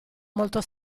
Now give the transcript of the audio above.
molto